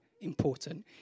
important